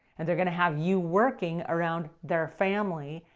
and they're going to have you working around their family,